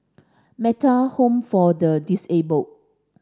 Metta Home for the Disabled